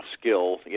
skill